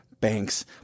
Banks